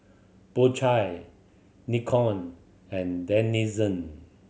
Po Chai Nikon and Denizen